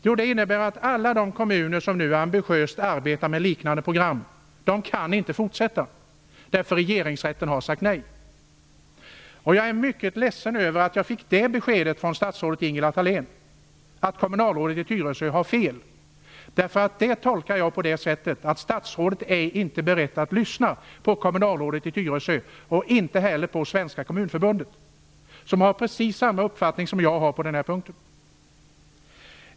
Jo, det innebär att alla de kommuner som nu ambitiöst arbetar med liknande program inte kan fortsätta, eftersom Regeringsrätten har sagt nej. Jag är mycket ledsen över att jag fick det beskedet från statsrådet Ingela Thalén att kommunalrådet i Tyresö har fel. Jag tolkar det på det sättet att statsrådet inte är beredd att lyssna på kommunalrådet i Tyresö och inte heller på Svenska kommunförbundet, som har precis samma uppfattning som jag på den här punkten.